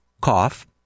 cough